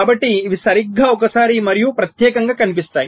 కాబట్టి ఇవి సరిగ్గా ఒకసారి మరియు ప్రత్యేకంగా కనిపిస్తాయి